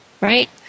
right